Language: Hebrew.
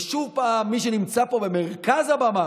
ושוב, מי שנמצא פה במרכז הבמה,